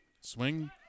Swing